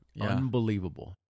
Unbelievable